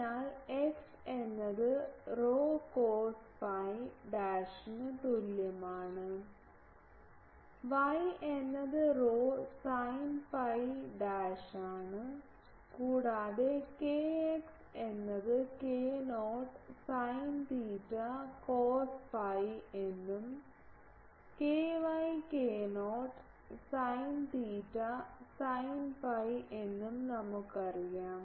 അതിനാൽ x എന്നത് rho cos phi ഡാഷിന് തുല്യമാണ് y എന്നത് റോ സൈൻ ഫി ഡാഷാണ് കൂടാതെ kx എന്നത് k0 sine theta cos phi എന്നും ky k0 sine theta sine phi എന്നും നമുക്കറിയാം